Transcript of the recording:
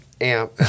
amp